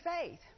faith